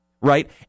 Right